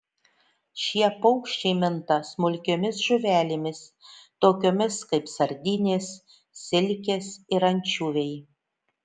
šie paukščiai minta smulkiomis žuvelėmis tokiomis kaip sardinės silkės ir ančiuviai